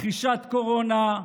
מכחישת קורונה,